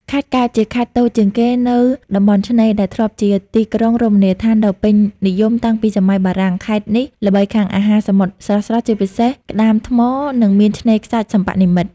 ខេត្តកែប ជាខេត្តតូចជាងគេនៅតំបន់ឆ្នេរ ដែលធ្លាប់ជាទីក្រុងរមណីយដ្ឋានដ៏ពេញនិយមតាំងពីសម័យបារាំង។ ខេត្តនេះល្បីខាង អាហារសមុទ្រស្រស់ៗ ជាពិសេសក្តាមថ្ម និងមានឆ្នេរខ្សាច់សិប្បនិមិត្ត។